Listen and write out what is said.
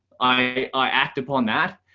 i act upon that,